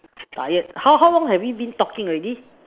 tired how how long have we been talking already